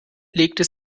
legte